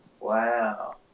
Wow